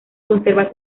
conserva